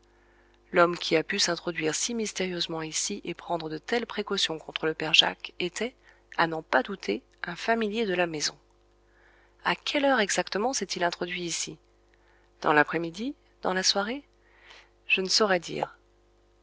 l'homme qui a pu s'introduire si mystérieusement ici et prendre de telles précautions contre le père jacques était à n'en pas douter un familier de la maison à quelle heure exactement s'est-il introduit ici dans l'après-midi dans la soirée je ne saurais dire